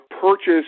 purchase